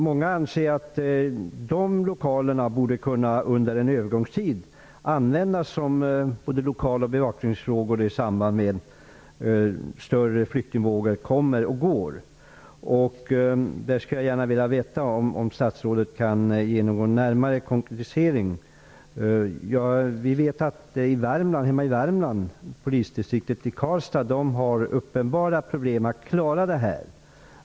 Många anser att de lokalerna bör kunna användas under en övergångstid när större flyktingvågor kommer. Kan statsrådet göra någon närmare konkretisering? I Värmland har man på polisdistriktet i Karlstad uppenbara problem med att klara situationen.